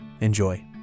Enjoy